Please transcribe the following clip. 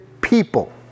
people